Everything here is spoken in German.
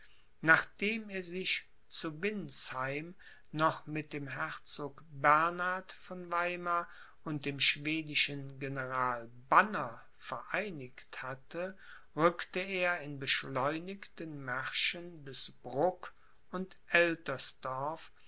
nachdem er sich zu windsheim noch mit dem herzog bernhard von weimar und dem schwedischen general banner vereinigt hatte rückte er in beschleunigten märschen bis bruck und